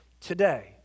today